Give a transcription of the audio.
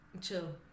Chill